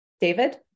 David